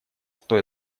что